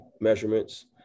measurements